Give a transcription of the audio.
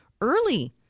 early